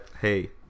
Hey